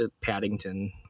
paddington